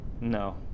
No